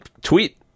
tweet